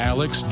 Alex